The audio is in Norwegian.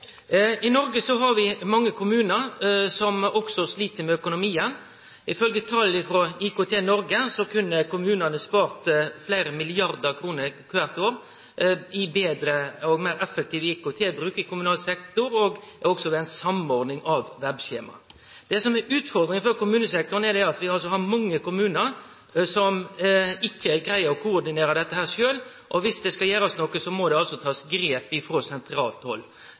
I Noreg har vi mange kommunar som også slit med økonomien. Ifølgje tal frå IKT-Norge kunne kommunane spart fleire milliardar kroner kvart år ved betre og meir effektiv IKT-bruk i kommunal sektor og også ved ei samordning av web-skjema. Det som er utfordringa for kommunesektoren, er at vi har mange kommunar som ikkje greier å koordinere dette sjølve, og om det skal gjerast noko, må ein også ta grep frå sentralt hald.